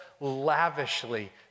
lavishly